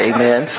Amen